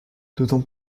d’autant